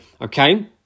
okay